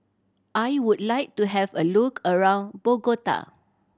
I would like to have a look around Bogota